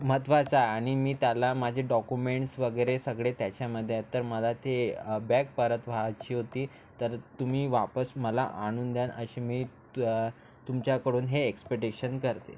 महत्वाचं आहे आणि मी त्याला माझे डॉकुमेंट्स वगैरे सगळे त्याच्यामध्ये आहे तर मला ते बॅग परत व्हायची होती तर तुम्ही वापस मला आणून द्याल अशी मी तू तुमच्याकडून हे एक्स्पेटेशन करते